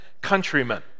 countrymen